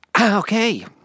okay